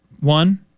One